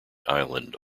island